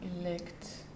elect